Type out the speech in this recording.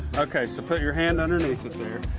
okay, so put your hand underneath him there,